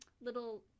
little